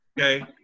Okay